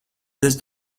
this